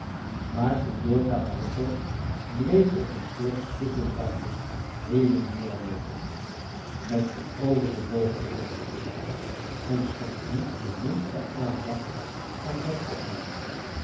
maar signor cavalletto bleef op een soort sukkeldraf jc been en weerloopen met voorovergebogen hoofd en schonk niet de minste aandacht aan zijn opwellingen